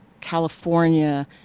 California